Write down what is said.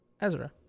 Ezra